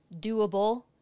doable